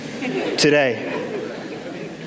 today